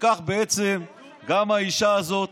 וכך בעצם גם גרמו לאישה הזאת